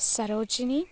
Sarojini